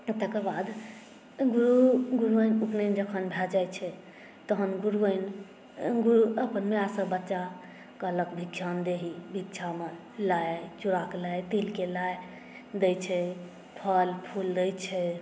तकर बाद गुरु गुरुआइन उपनयन जखन भए जाइत छै तहन गुरुआइन गुरु अपन मायसँ बच्चा कहलक भिक्षां देहि भिक्षामे लाइ चुड़ाके लाइ तिलके लाइ दैत छै फल फूल दैत छै